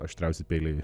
aštriausi peiliai